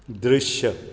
दृश्य